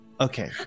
Okay